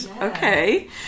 okay